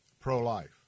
pro-life